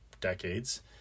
decades